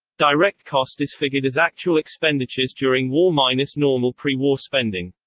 direct cost is figured as actual expenditures during war minus normal prewar spending.